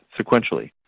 sequentially